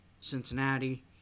Cincinnati